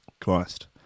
Christ